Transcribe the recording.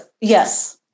yes